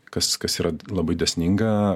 kas kas yra labai dėsninga